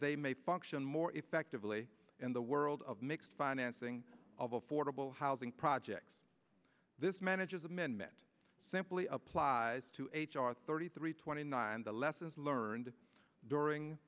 they may function more effectively in the world of mixed financing of affordable housing projects this manager's amendment simply applies to h r thirty three twenty nine the lessons learned during